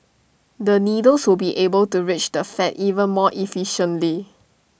the needles will be able to reach the fat even more efficiently